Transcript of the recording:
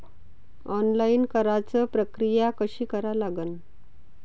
Online कराच प्रक्रिया कशी करा लागन?